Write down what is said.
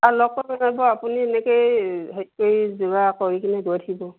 অঁ লগ কৰিব নোৱাৰিব আপুনি এনেকৈয়ে হেৰি কৰি যোগাৰ কৰি কিনে গৈ থাকিব